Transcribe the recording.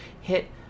hit